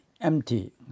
empty